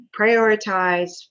prioritize